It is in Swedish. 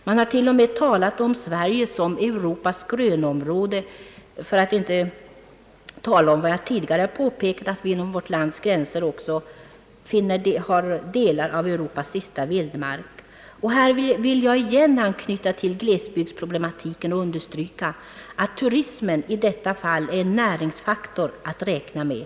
Man har t.o.m. talat om Sverige som Europas grönområde, för att inte tala om vad jag tidigare påpekat att vi inom vårt lands gränser finner delar av Europas sista vildmark. Här vill jag återigen anknyta till glesbygdsproblematiken och understryka att turismen i detta fall är en näringsfaktor att räkna med.